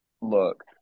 look